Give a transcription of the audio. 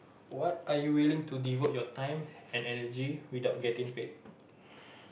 what are you willing to devote your time and energy without getting paid